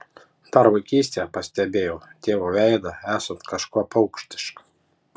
dar vaikystėje pastebėjau tėvo veidą esant kažkuo paukštišką